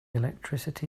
electricity